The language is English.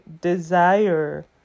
Desire